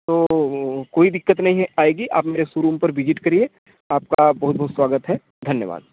तो कोई दिक्कत नहीं आएगी आप मेरे सोरूम पर विज़िट करिए आपका बहुत बहुत स्वागत है धन्यवाद